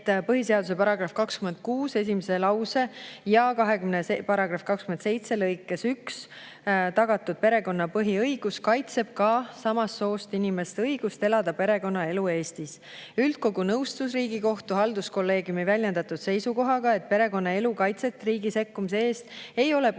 põhiseaduse § 26 esimeses lauses ja § 27 lõikes 1 tagatud perekonna põhiõigus kaitseb ka samast soost inimeste õigust elada Eestis perekonnaelu. Üldkogu nõustus Riigikohtu halduskolleegiumi väljendatud seisukohaga, et perekonnaelu kaitset riigi sekkumise eest ei ole põhiseaduse